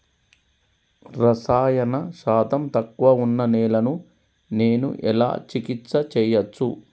రసాయన శాతం తక్కువ ఉన్న నేలను నేను ఎలా చికిత్స చేయచ్చు?